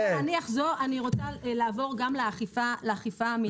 אני רוצה לעבור גם לאכיפה המינהלית.